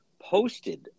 posted